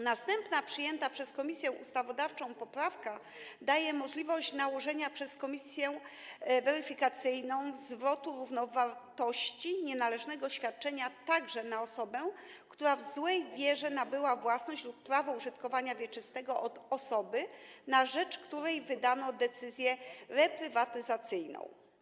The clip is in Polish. Następna przyjęta przez Komisję Ustawodawczą poprawka daje możliwość nałożenia przez komisję weryfikacyjną obowiązku zwrotu równowartości nienależnego świadczenia także na osobę, która w złej wierze nabyła własność lub prawo użytkowania wieczystego od osoby, na rzecz której wydano decyzję reprywatyzacyjną.